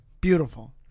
beautiful